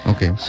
Okay